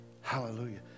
hallelujah